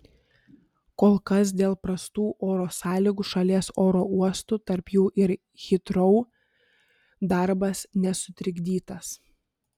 kol kas dėl prastų oro sąlygų šalies oro uostų tarp jų ir hitrou darbas nesutrikdytas